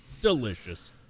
Delicious